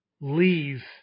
leave